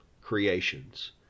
creations